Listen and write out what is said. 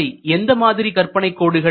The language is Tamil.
அவை எந்த மாதிரியான கற்பனைக் கோடுகள்